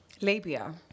labia